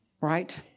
right